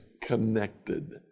connected